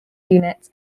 units